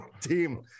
team